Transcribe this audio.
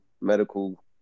medical